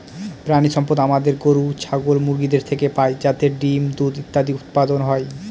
প্রানীসম্পদ আমাদের গরু, ছাগল, মুরগিদের থেকে পাই যাতে ডিম, দুধ ইত্যাদি উৎপাদন হয়